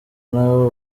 n’abo